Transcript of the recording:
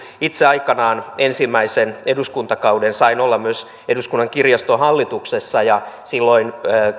itse aikanaan ensimmäisen eduskuntakauden sain olla myös eduskunnan kirjaston hallituksessa ja silloin